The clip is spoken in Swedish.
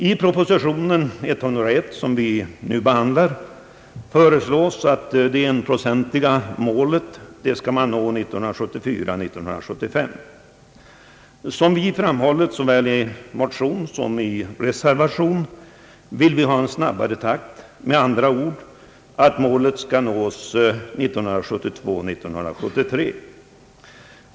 I propositionen 101, som vi nu behandlar, föreslås att enprocentmålet skall uppnås 1974 73.